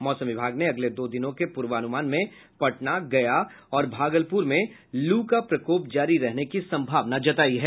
मौसम विभाग ने अगले दो दिनों के पूर्वानुमान में पटना गया और भागलपुर में लू का प्रकोप जारी रहने की संभावना जताई है